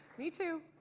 me too.